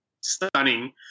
stunning